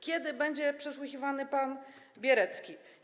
Kiedy będzie przesłuchiwany pan Bierecki?